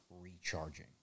recharging